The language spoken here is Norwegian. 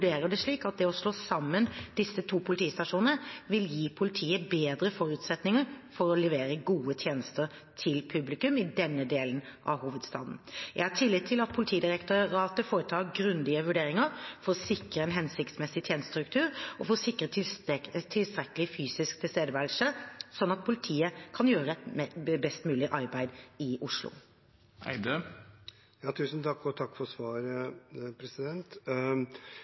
det slik at det å slå sammen disse to politistasjonene vil gi politiet bedre forutsetninger for å levere gode tjenester til publikum i denne delen av hovedstaden. Jeg har tillit til at Politidirektoratet foretar grundige vurderinger for å sikre en hensiktsmessig tjenestestruktur og en tilstrekkelig fysisk tilstedeværelse, slik at politiet kan gjøre et best mulig arbeid i Oslo. Takk for svaret. Jeg har nylig hatt møte med ledelsen i Oslo-politiet, og